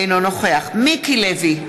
אינו נוכח מיקי לוי,